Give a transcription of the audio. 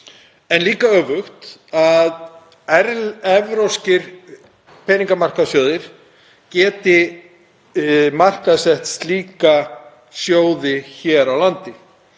og öfugt, að evrópskir peningamarkaðssjóðir geti markaðssett slíka sjóði hér á landi.